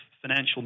financial